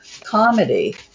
comedy